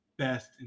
best